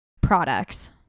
products